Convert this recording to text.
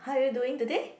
how are you doing today